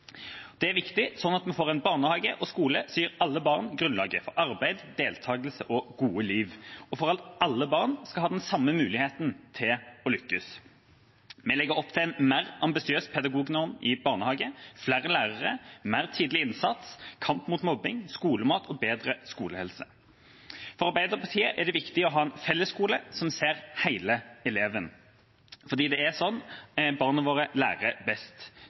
Det er viktig sånn at vi får en barnehage og skole som gir alle barn grunnlaget for arbeid, deltagelse og gode liv, og for at alle barn skal ha den samme muligheten til å lykkes. Vi legger opp til en mer ambisiøs pedagognorm i barnehage, flere lærere, mer tidlig innsats, kamp mot mobbing, skolemat og bedre skolehelse. For Arbeiderpartiet er det viktig å ha en fellesskole som ser hele eleven, fordi det er sånn barna våre lærer best.